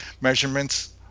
measurements